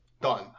Done